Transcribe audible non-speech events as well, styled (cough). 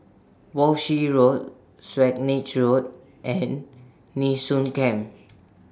Walshe Road (unintelligible) Road and Nee Soon Camp